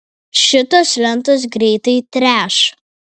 šitos lentos greitai treš